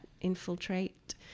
infiltrate